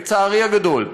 לצערי הגדול.